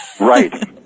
right